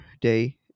day